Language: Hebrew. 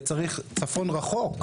לצפון הרחוק.